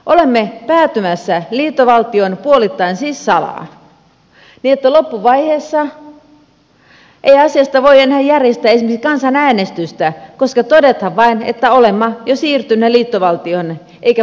olemme päätymässä liittovaltioon puolittain siis salaa niin että loppuvaiheessa asiasta ei voi enää järjestää esimerkiksi kansanäänestystä koska todetaan vain että olemme jo siirtyneet liittovaltioon eikä paluuta tilanteessa enää ole